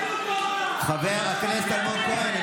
חבר הכנסת אלמוג כהן.